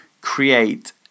create